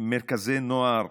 מרכזי נוער,